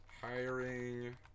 hiring